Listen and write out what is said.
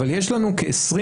אבל יש לנו כ-24,520,